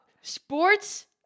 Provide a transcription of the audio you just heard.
sports